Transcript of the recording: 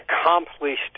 accomplished